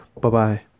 Bye-bye